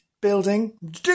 building